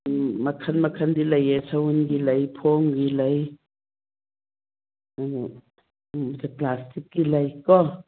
ꯃꯈꯟ ꯃꯈꯟꯗꯤ ꯂꯩꯌꯦ ꯁꯎꯟꯒꯤ ꯂꯩ ꯐꯣꯝꯒꯤ ꯂꯩ ꯄ꯭ꯂꯥꯁꯇꯤꯛꯀꯤ ꯂꯩ ꯀꯣ